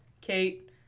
Kate